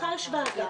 מחר יש ישיבת ועדה.